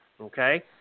Okay